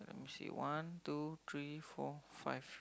you see one two three four five